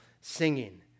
singing